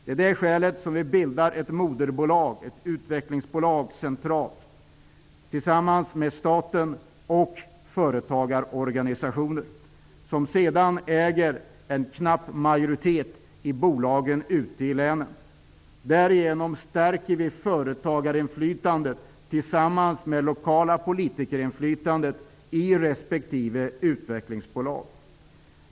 Det är av dessa skäl som vi skall bilda ett moderbolag, ett centralt utvecklingsbolag, som skall arbeta tillsammans med staten och företagarorganisationer. De skall sedan äga knapp majoritet i bolagen ute i länen. Därigenom stärker vi företagarinflytandet samt det lokala politikerinflytandet i respektive utvecklingsbolag.